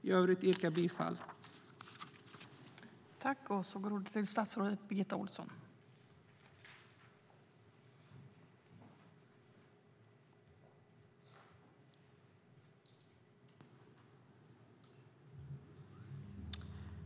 Jag yrkar bifall till utskottets förslag.